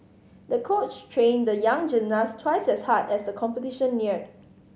the coach trained the young gymnast twice as hard as the competition neared